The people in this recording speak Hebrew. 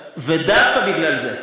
ודווקא בגלל זה,